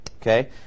Okay